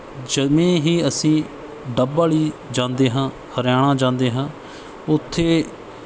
ਜਿਵੇਂ ਹੀ ਅਸੀਂ ਡੱਬਵਾਲੀ ਜਾਂਦੇ ਹਾਂ ਹਰਿਆਣਾ ਜਾਂਦੇ ਹਾਂ ਉੱਥੇ